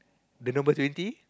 the number twenty